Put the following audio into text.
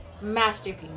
Masterpiece